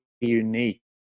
unique